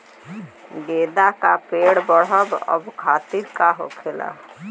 गेंदा का पेड़ बढ़अब खातिर का होखेला?